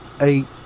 eight